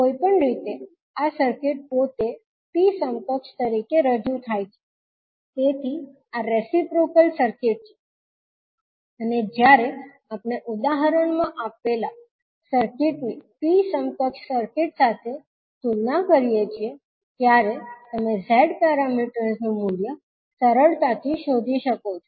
કોઈપણ રીતે આ સર્કિટ પોતે T સમકક્ષ તરીકે રજૂ થાય છે તેથી આ રેસીપ્રોકલ સર્કિટ છે અને જ્યારે આપણે ઉદાહરણમાં આપેલા સર્કિટ ની T સમકક્ષ સર્કિટ સાથે તુલના કરીએ છીએ ત્યારે તમે Z પેરામીટર્સનું મૂલ્ય સરળતાથી શોધી શકો છો